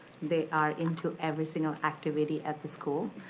they are into every single activity at the school.